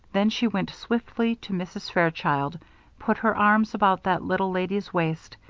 then she went swiftly to mrs. fairchild, put her arms about that little lady's waist,